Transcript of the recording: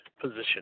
position